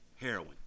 heroin